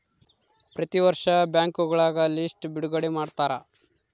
ಪ್ರತಿ ವರ್ಷ ಬ್ಯಾಂಕ್ಗಳ ಲಿಸ್ಟ್ ಬಿಡುಗಡೆ ಮಾಡ್ತಾರ